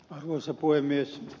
arvoisa puhemies